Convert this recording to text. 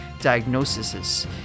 diagnoses